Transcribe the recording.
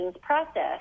process